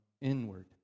inward